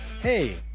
hey